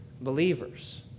believers